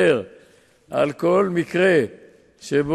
במקרה הזה,